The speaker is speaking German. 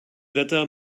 wetter